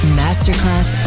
masterclass